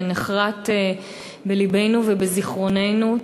שנחרת בלבנו ובזיכרוננו,